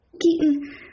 Keaton